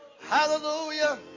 Hallelujah